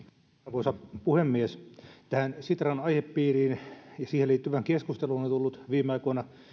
arvoisa puhemies tähän sitran aihepiiriin ja siihen liittyvään keskusteluun on tullut viime aikoina